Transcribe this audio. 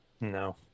no